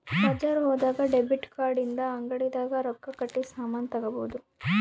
ಬಜಾರ್ ಹೋದಾಗ debit card ಇಂದ ಅಂಗಡಿ ದಾಗ ರೊಕ್ಕ ಕಟ್ಟಿ ಸಾಮನ್ ತಗೊಬೊದು